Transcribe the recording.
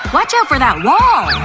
watch out for that wall!